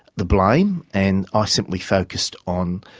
the blame, and i simply focused on